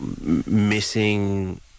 missing